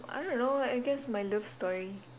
I don't know I guess my love story